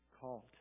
called